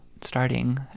starting